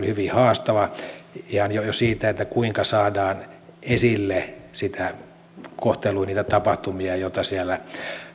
kyllä hyvin haastava jo sen suhteen kuinka saadaan esille sitä kohtelua niitä tapahtumia joita siellä